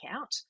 out